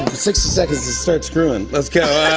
sixty seconds to start screwing. let's go.